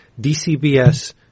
DCBS